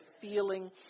feeling